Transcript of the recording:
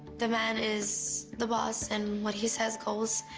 the man is the boss, and what he says goes.